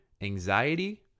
anxiety